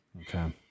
Okay